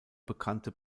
bekannte